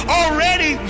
already